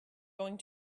going